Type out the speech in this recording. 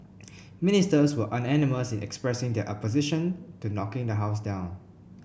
ministers were unanimous in expressing their opposition to knocking the house down